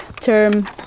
term